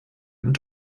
und